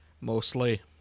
Mostly